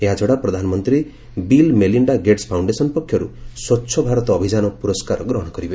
ଏହାଛଡ଼ା ପ୍ରଧାନମନ୍ତ୍ରୀ Bill Melinda Gate foundation ପକ୍ଷରୁ ସ୍ୱଚ୍ଚ ଭାରତ ଅଭିଯାନ ପୁରସ୍କାର ଗ୍ରହଣ କରିବେ